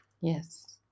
Yes